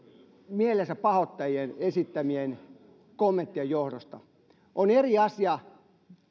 mielensäpahoittajien esittämien kommenttien johdosta on eri asia